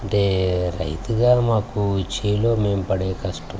అంటే రైతుగా మాకు చేలల్లో మేము పడే కష్టం